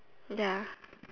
ya